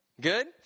Good